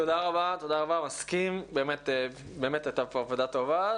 תודה רבה, מסכים, באמת הייתה פה עבודה טובה.